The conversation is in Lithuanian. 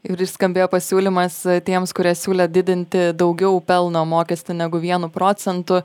ir skambėjo pasiūlymas tiems kurie siūlė didinti daugiau pelno mokestį negu vienu procentu